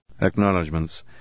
Acknowledgements